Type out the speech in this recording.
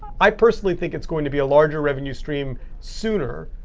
i personally think it's going to be a larger revenue stream sooner.